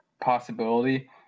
possibility